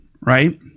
right